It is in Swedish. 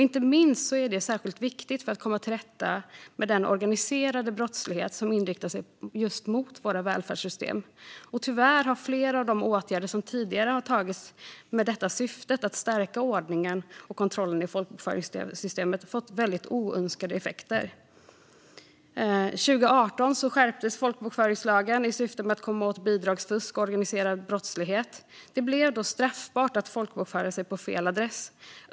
Inte minst är det särskilt viktigt för att komma till rätta med den organiserade brottslighet som inriktar sig just mot våra välfärdssystem. Tyvärr har flera av de åtgärder som tidigare har vidtagits med syftet att stärka ordningen och kontrollen i folkbokföringssystemet fått väldigt oönskade effekter. År 2018 skärptes folkbokföringslagen i syfte att komma åt bidragsfusk och organiserad brottslighet. Det blev då straffbart att folkbokföra sig på fel adress.